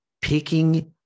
picking